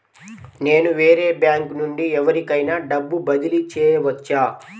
నేను వేరే బ్యాంకు నుండి ఎవరికైనా డబ్బు బదిలీ చేయవచ్చా?